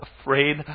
afraid